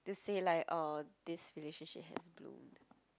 to say like orh this relationship has bloomed